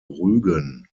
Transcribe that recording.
rügen